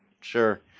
Sure